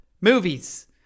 Movies